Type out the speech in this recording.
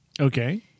Okay